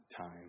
time